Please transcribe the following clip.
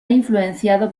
influenciado